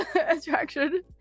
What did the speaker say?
attraction